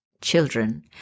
children